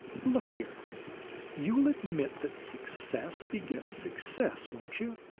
look here you'll admit that success begets success, won't you?